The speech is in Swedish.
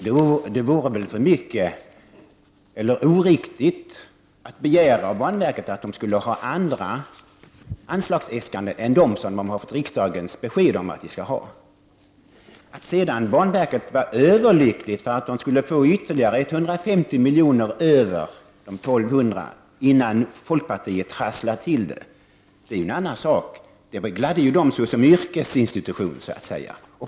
Det vore väl oriktigt att begära av banverket att man skulle ha andra anslagsäskanden än dem som verket har fått besked från riksdagen om att man skall ha. Att sedan banverket var överlyckligt för att man, innan folkpartiet trasslade till det, skulle få ytterligare 150 miljoner utöver de 1 200 miljonerna, det är en annan sak. Det gladde ju banverket såsom yrkesinstitution.